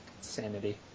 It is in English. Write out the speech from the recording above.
sanity